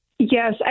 Yes